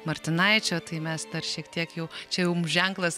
martinaičio tai mes dar šiek tiek jau čia jau mum ženklas